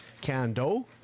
can-do